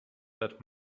that